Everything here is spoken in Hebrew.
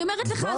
אני אומרת לך,